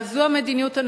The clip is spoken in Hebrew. אבל זו המדיניות הנכונה.